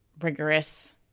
rigorous